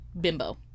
bimbo